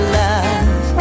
love